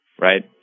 right